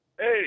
Hey